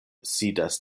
sidas